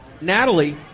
Natalie